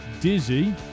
Dizzy